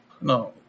No